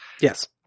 Yes